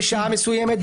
בשעה מסוימת,